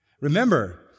Remember